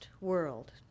world